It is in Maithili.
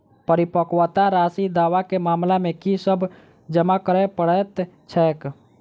परिपक्वता राशि दावा केँ मामला मे की सब जमा करै पड़तै छैक?